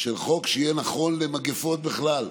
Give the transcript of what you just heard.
של חוק שיהיה נכון למגפות בכלל,